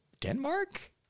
Denmark